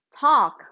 talk